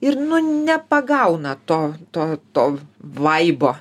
ir nepagauna to to to vaibo